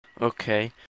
Okay